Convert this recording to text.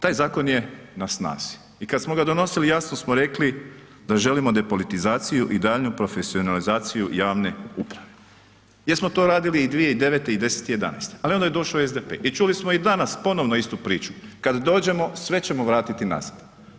Taj zakon je na snazi i kad smo ga donosili jasno smo rekli da želimo depolitizaciju i daljnju profesionalizaciju javne uprave jer smo to radili i 2009. i 2010. i 2011. ali onda je došao SDP i čuli smo i danas ponovno istu priču, kad dođemo, sve ćemo vratiti nazad.